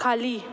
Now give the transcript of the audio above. खाली